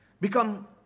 become